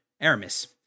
Aramis